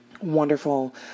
wonderful